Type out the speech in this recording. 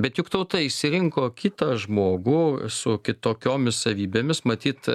bet juk tauta išsirinko kitą žmogų su kitokiomis savybėmis matyt